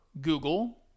Google